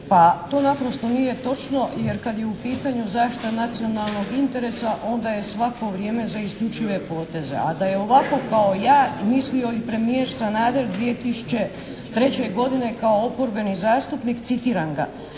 Pa to nije točno, jer kada je u pitanju zaštita nacionalnog interesa onda je svako vrijeme za isključive poteze, a da je ovako kao ja mislio i premijer Sanader 2003. godine kao oporbeni zastupnik, citiram ga: